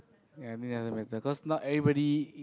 ya me doesn't matter cause not everybody